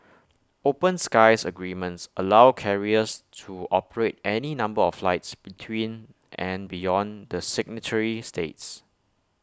open skies agreements allow carriers to operate any number of flights between and beyond the signatory states